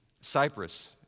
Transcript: Cyprus